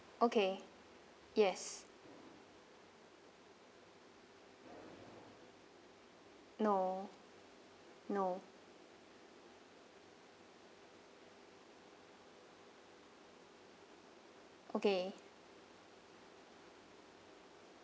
okay yes no no okay